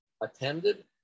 attended